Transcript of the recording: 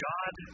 God